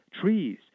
trees